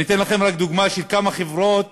אני אתן לכם רק דוגמה של כמה חברות